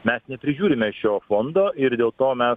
mes neprižiūrime šio fondo ir dėl to mes